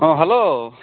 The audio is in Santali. ᱦᱮᱸ ᱦᱮᱞᱳ